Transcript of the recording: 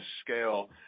scale